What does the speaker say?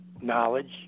knowledge